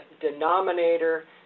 denominator